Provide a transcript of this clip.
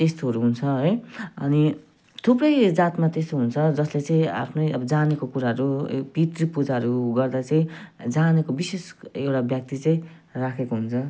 त्यस्तोहरू हुन्छ है अनि थुप्रै जातमा त्यस्तो हुन्छ जसले चाहिँ आफ्नै अब जानेको कुराहरू यो पितृपूजाहरू गर्दा चाहिँ जानेको विशेष एउटा व्यक्ति चाहिँ राखिएको हुन्छ